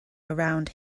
around